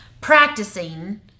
practicing